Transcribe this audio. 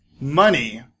money